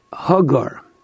Hagar